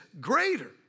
greater